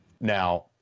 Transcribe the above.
Now